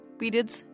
periods